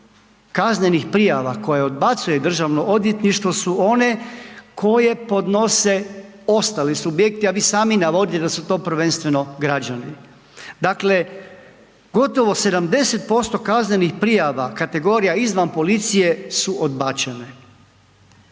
kaznenih prijava koje odbacuje državno odvjetništvo su one koje podnose ostali subjekti, a vi sami navodite da su to prvenstveno građani. Dakle, gotovo 70% kaznenih prijava kategorija izvan policije su odbačene.